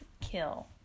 kill